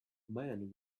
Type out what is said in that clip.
man